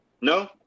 No